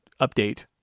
update